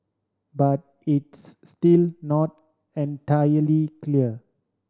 but it's still not entirely clear